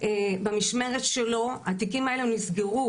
במשמרת שלו, התיקים האלה נסגרו